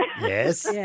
Yes